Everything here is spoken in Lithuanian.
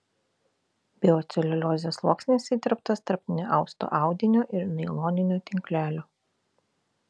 bioceliuliozės sluoksnis įterptas tarp neausto audinio ir nailoninio tinklelio